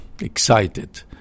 excited